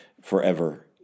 forever